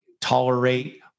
tolerate